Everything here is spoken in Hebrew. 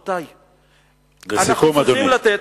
לסיכום, אדוני.